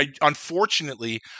unfortunately